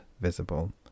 visible